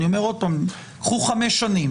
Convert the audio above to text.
אני אומר עוד פעם: קחו חמש שנים.